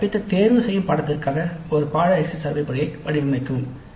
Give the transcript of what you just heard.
நீங்கள் கற்பித்த தேர்ந்தெடுக்கப்பட்ட பாடநெறிக்கான பாடநெறி எக்ஸிட் சர்வே முறையை வடிவமைக்கவும்